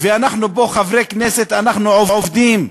ואנחנו פה, חברי הכנסת, אנחנו עובדים,